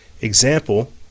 example